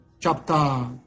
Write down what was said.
Chapter